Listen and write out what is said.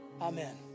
amen